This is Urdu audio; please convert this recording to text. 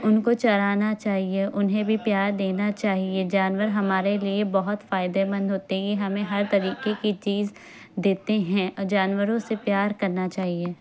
ان کو چرانا چاہیے انہیں بھی پیار دینا چاہیے جانور ہمارے لیے بہت فائدہ مند ہوتے ہیں یہ ہمیں ہر طریقے کی چیز دیتے ہیں اور جانوروں سے پیار کرنا چاہیے